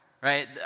Right